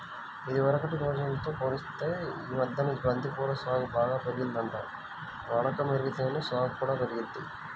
ఇదివరకటి రోజుల్తో పోలిత్తే యీ మద్దెన బంతి పూల సాగు బాగా పెరిగిందంట, వాడకం బెరిగితేనే సాగు కూడా పెరిగిద్ది